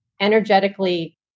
Energetically